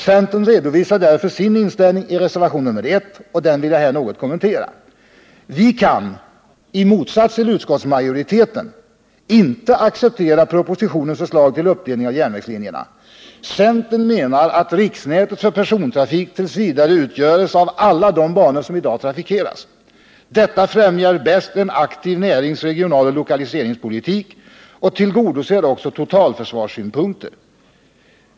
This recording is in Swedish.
Centern redovisar därför sin inställning i reservationen 1, och den vill jag här något kommentera. Vi kan — i motsats till utskottsmajoriteten — inte acceptera propositionens förslag till uppdelning av järnvägslinjerna. Centern menar att riksnätet för persontrafik t. v. utgöres av alla de banor som i dag trafikeras. Detta främjar bäst en aktiv närings-, regionaloch lokaliseringspolitik och tillgodoser också totalförsvarssynpunkter.